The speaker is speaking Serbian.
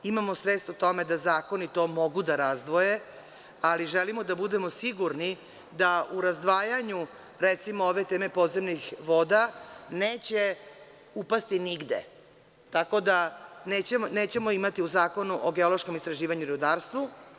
Imamo svest o tome da zakoni to mogu da razdvoje, ali želimo da budemo sigurni da u razdvajanju ove teme podzemnih voda, neće upasti nigde, tako da nećemo imati u Zakonu o geološkom istraživanju i rudarstvu.